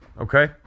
Okay